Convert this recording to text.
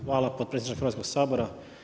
Hvala potpredsjedniče Hrvatskog sabora.